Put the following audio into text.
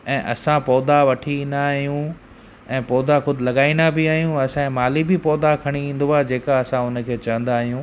ऐं असां पौधा वठी ईंदा आहियूं ऐं पौधा ख़ुदि लगाईंदा बि आहियूं असांजे माली बि पौधा खणी ईंदो आहे जेका असां उन खे चवंदा आहियूं